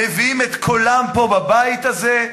מביאים את קולם פה בבית הזה.